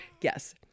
Yes